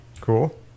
cool